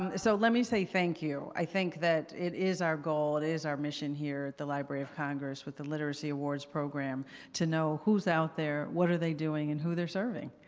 so let me say thank you. i think that it is our goal, it is our mission here at the library of congress with the literacy awards program to know who's out there, what are they doing, and who they're serving.